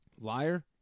liar